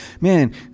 man